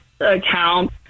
account